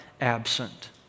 absent